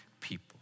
people